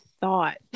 thought